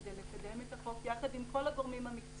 כדי לקדם את החוק יחד עם כל הגורמים המקצועיים,